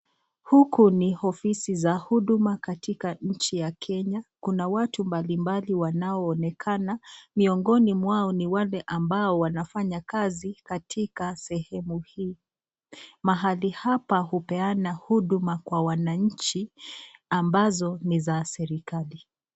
Huku ni ofisi za huduma katika nchi ya Kenya. Kuna watu mbalimbali wanaonekana miongoni mwao ni wale ambao wanafanya kazi katika sehemu hii. Mahali hapa hupeana huduma kwa wananchi ambazo ni za serikali.